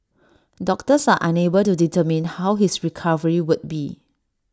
doctors are unable to determine how his recovery would be